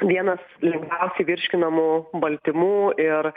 vienas lengviausiai virškinamų baltymų ir